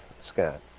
Scott